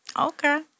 Okay